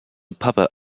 puppet